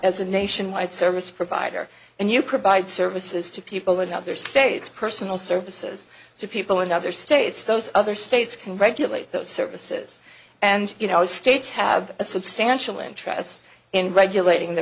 as a nationwide service provider and you provide services to people in other states personal services to people in other states those other states can regulate those services and you know the states have a substantial interest in regulating